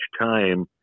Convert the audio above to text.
time